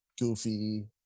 goofy